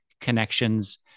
connections